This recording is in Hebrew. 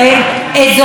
יש להם שוויון?